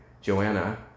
Joanna